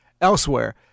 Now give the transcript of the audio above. elsewhere